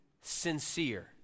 sincere